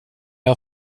jag